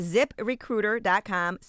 ZipRecruiter.com